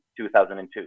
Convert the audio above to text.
2002